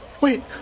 wait